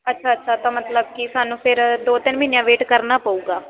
ਅੱਛਾ ਅੱਛਾ ਤਾਂ ਮਤਲਬ ਕਿ ਸਾਨੂੰ ਫਿਰ ਦੋ ਤਿੰਨ ਮਹੀਨਿਆਂ ਵੇਟ ਕਰਨਾ ਪਊਗਾ